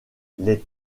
les